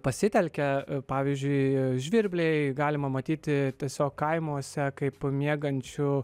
pasitelkia pavyzdžiui žvirbliai galima matyti tiesiog kaimuose kaip miegančių